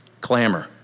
Clamor